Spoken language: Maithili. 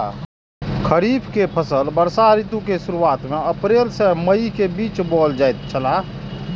खरीफ के फसल वर्षा ऋतु के शुरुआत में अप्रैल से मई के बीच बौअल जायत छला